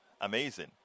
Amazing